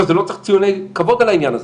לא צריך ציוני כבוד על העניין הזה,